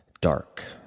dark